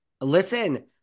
Listen